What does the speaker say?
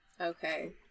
Okay